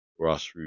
Grassroots